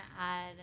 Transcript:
add